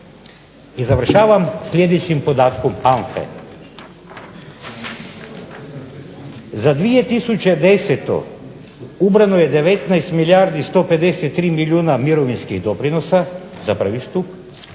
I završavam sljedećim podatkom HANFA-e. Za 2010. ubrano je 19 milijardi 153 milijuna mirovinskih doprinosa za prvi stup.